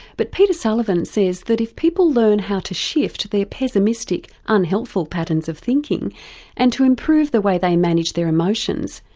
but peter sullivan says that if people learn how to shift their pessimistic, unhelpful patterns of thinking and to improve the way they manage their emotions,